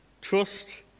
Trust